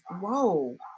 whoa